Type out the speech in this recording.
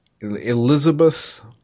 Elizabeth